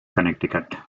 connecticut